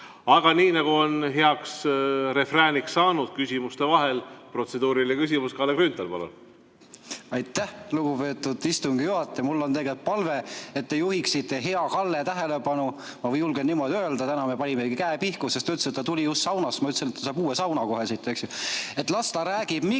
Aga nagu meil on juba refrääniks saanud, küsimuste vahel on protseduuriline küsimus. Kalle Grünthal, palun! Aitäh, lugupeetud istungi juhataja! Mul on tegelikult palve, et te juhiksite hea Kalle tähelepanu ühele asjale. Ma julgen niimoodi öelda, täna me panimegi käe pihku, sest ta ütles, et ta tuli just saunast, ja ma ütlesin, et ta saab uue sauna kohe siit.